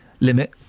limit